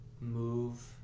move